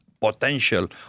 potential